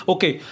Okay